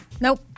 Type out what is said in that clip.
Nope